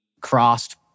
crossed